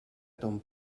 ton